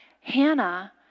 Hannah